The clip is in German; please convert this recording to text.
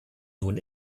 nun